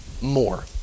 more